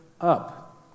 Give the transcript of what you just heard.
up